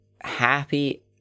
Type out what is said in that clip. happy